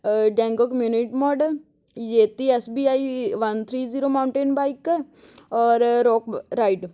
ਡੈਂਗੋ community model Yeti SBI one three zero mountain bike ਔਰ rock ride